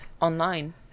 online